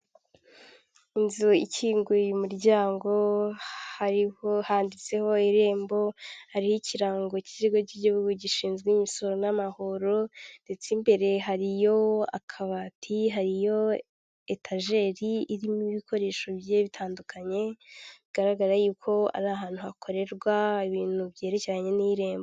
Inzu ikinguye imiryango hariho, handitseho irembo hariho ikirango k'ikigo k'igihugu gishinzwe imisoro n'amahoro, ndetse imbere hariyo akabati hariho etajeri irimo ibikoresho bigiye, bitandukanye bigaragara yuko ari ahantu hakorerwa ibintu byerekeranye n'irembo.